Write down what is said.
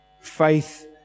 Faith